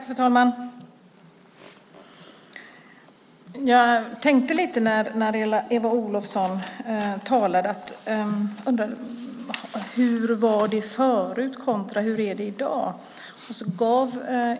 Fru talman! När Eva Olofsson talade tänkte jag lite på hur det var förut kontra hur det är i dag.